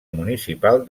municipal